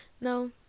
No